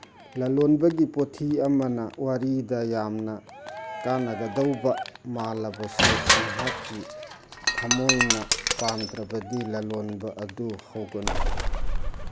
ꯂꯂꯣꯟꯕꯒꯤ ꯄꯣꯊꯤ ꯑꯃꯅ ꯋꯥꯔꯤꯗ ꯌꯥꯝꯅ ꯀꯥꯅꯒꯗꯧꯕ ꯃꯥꯜꯂꯕꯁꯨ ꯅꯍꯥꯛꯀꯤ ꯊꯃꯣꯏꯅ ꯄꯥꯝꯗ꯭ꯔꯕꯁꯤ ꯂꯂꯣꯟꯕ ꯑꯗꯨ ꯍꯧꯒꯅꯨ